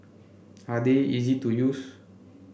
are they easy to use